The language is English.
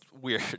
weird